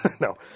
No